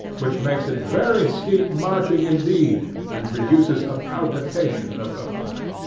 which makes it very steep marching indeed, and produces a palpitation of the heart.